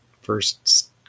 first